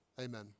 Amen